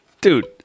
Dude